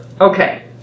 okay